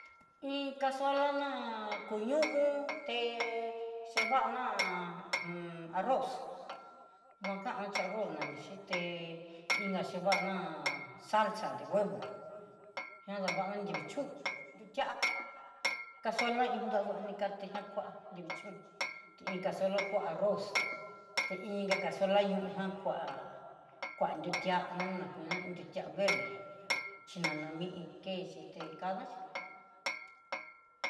Iin casula ná kuñu'u té cheva ná hun arroz, nom kan chí arroz nani xhitén inga chenaná salsa de huevo, chian navana nrivii chón nrutuá casuela iin daduani kati jan koa nrivii chón iin casuela kua arroz la inka casuela ñojan kua, kua nrutiana ná kuna iin ditiá verde chinana ní ké xhité kadaxí.